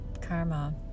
karma